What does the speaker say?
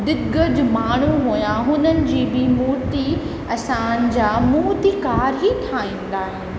दिग्गज माण्हू हुआ हुननि जी बि मुर्ति असांजा मुर्तिकार ई ठाहींदा